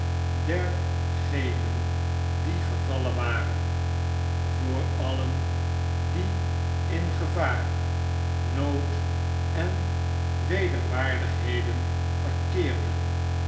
dergenen die gevallen waren voor alien die in gevaar nood en wederwaardigheden verkeerden